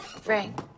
Frank